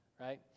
right